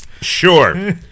sure